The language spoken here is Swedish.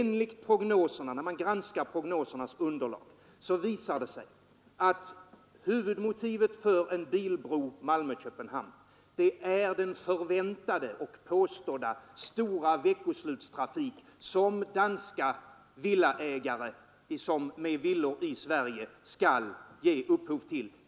När man granskar prognosernas underlag, visar det sig att huvudmotivet för en bilbro Malmö—Köpenhamn är den förväntade och påstådda stora veckoslutstrafik som danskar med villor i Sverige skall ge upphov till.